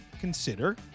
consider